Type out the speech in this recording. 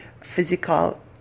physical